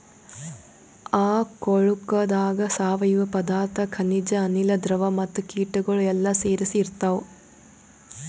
ಆ ಕೊಳುಕದಾಗ್ ಸಾವಯವ ಪದಾರ್ಥ, ಖನಿಜ, ಅನಿಲ, ದ್ರವ ಮತ್ತ ಕೀಟಗೊಳ್ ಎಲ್ಲಾ ಸೇರಿಸಿ ಇರ್ತಾವ್